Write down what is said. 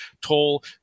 tall